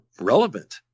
relevant